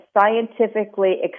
scientifically